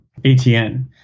ATN